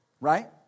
Right